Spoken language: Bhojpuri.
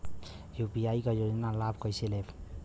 यू.पी क योजना क लाभ कइसे लेब?